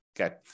okay